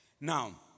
Now